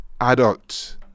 adult